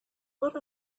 what